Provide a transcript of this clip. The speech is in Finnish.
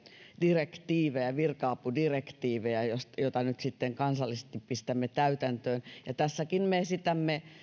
direktiivejä virka apudirektiivejä joita nyt sitten kansallisesti pistämme täytäntöön ja tässäkin me esitämme